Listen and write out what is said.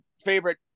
favorite